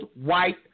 white